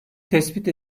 tespit